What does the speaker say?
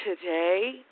Today